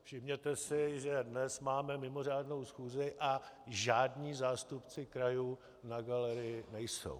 Všimněte si, že dnes máme mimořádnou schůzi, a žádní zástupci krajů na galerii nejsou.